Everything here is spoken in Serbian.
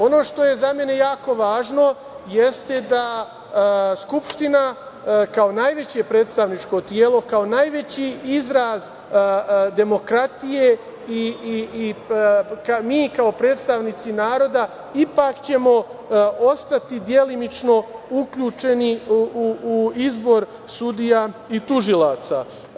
Ono što je za mene jako važno jeste da Skupština kao najveće predstavničko telo, kao najveći izraz demokratije i mi kao predstavnici naroda ipak ćemo ostati delimično uključeni u izbor sudija i tužilaca.